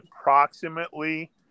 approximately